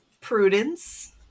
Prudence